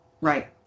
right